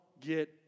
get